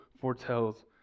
foretells